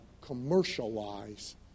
commercialize